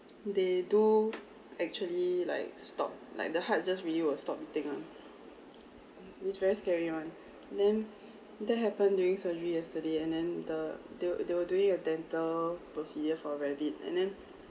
they do actually like stop like the heart just really will stop beating [one] it's very scary [one] then that happened during surgery yesterday and then the the they were doing a dental procedure for rabbit and then